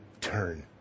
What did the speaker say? turn